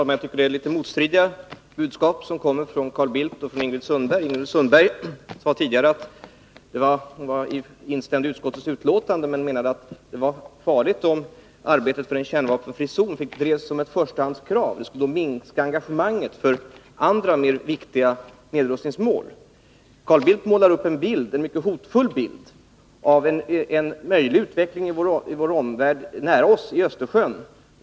Herr talman! Det är litet motstridiga budskap som kommer från Carl Bildt och Ingrid Sundberg. Ingrid Sundberg sade tidigare att hon instämde i utskottets utlåtande, men menade att det var farligt om kravet på en kärnvapenfri zon drevs som ett förstahandskrav. Det skulle enligt henne minska engagemanget för andra, mer viktiga nedrustningsmål. Carl Bildt målar upp en mycket hotfull bild av en möjlig utveckling i vår näraliggande omvärld, i Östersjön.